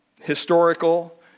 historical